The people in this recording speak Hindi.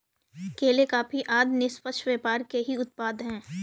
केले, कॉफी आदि निष्पक्ष व्यापार के ही उत्पाद हैं